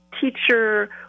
teacher